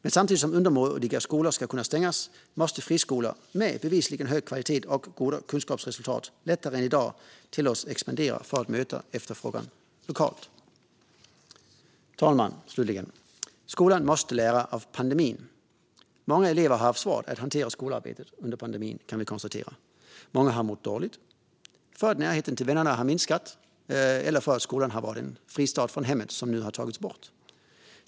Men samtidigt som undermåliga skolor ska kunna stängas måste friskolor som bevisligen har hög kvalitet och goda kunskapsresultat lättare än i dag tillåtas expandera för att möta efterfrågan lokalt. Fru talman! Slutligen måste skolan lära av pandemin. Många elever har haft svårt att hantera skolarbetet under pandemin, kan vi konstatera. Många har mått dåligt därför att närheten till vännerna har minskat eller därför att skolan har varit en fristad från hemmet som nu har tagits bort.